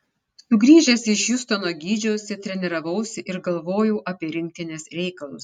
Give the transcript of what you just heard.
sugrįžęs iš hjustono gydžiausi treniravausi ir galvojau apie rinktinės reikalus